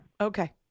Okay